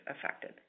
affected